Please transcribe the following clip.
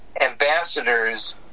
ambassadors